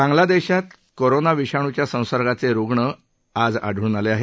बांगलादेशात कोरोना विषाणूच्या संसर्गाचे रुग्ण आज आढळून आले आहेत